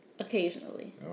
Occasionally